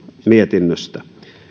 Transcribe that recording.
mietinnöstä